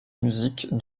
musique